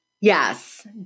Yes